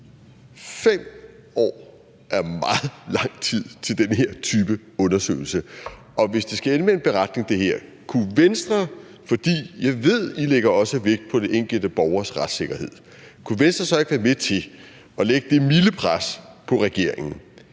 5 år er meget lang tid til den her type undersøgelse? Og hvis det her skal ende med en beretning, kunne Venstre så – for jeg ved, at I også lægger vægt på den enkelte borgers retssikkerhed – være med til at lægge det milde pres på regeringen,